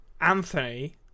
Anthony